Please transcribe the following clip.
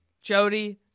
Jody